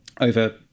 over